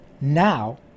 now